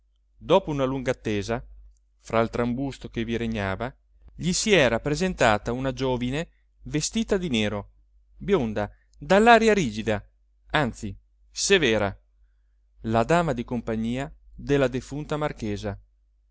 dopo una lunga attesa fra il trambusto che vi regnava gli si era presentata una giovine vestita di nero bionda dall'aria rigida anzi severa la dama di compagnia della defunta marchesa